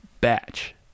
batch